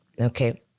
Okay